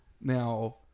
now